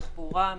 תחבורה,